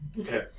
Okay